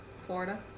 Florida